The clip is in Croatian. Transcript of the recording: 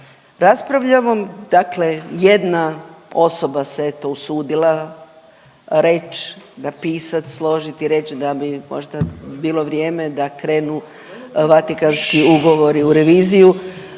Raspravljamo dakle jedna osoba se eto usudila reć, napisat, složit i reć da bi možda bilo vrijeme da krenu Vatikanski ugovori u reviziju